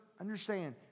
understand